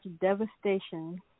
devastation